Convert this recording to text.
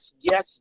yes